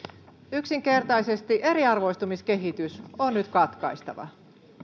yksinkertaisesti eriarvoistumiskehitys on nyt katkaistava